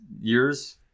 years